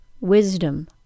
Wisdom